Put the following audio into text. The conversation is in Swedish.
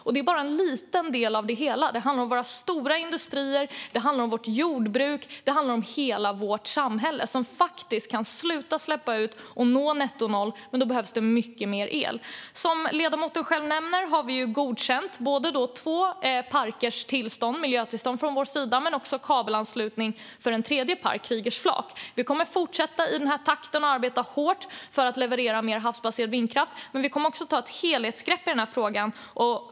Men det är bara en liten del av det hela. Det handlar om våra stora industrier. Det handlar om vårt jordbruk. Det handlar om hela vårt samhälle som faktiskt kan sluta släppa ut och nå nettonoll. Men då behövs mycket mer el. Som ledamoten själv nämner har regeringen godkänt både två parkers miljötillstånd och kabelanslutning för en tredje park, Kriegers flak. Vi kommer att fortsätta i den här takten och arbeta hårt för att leverera mer havsbaserad vindkraft, men vi kommer också att ta ett helhetsgrepp om den här frågan.